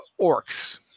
orcs